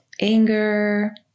Anger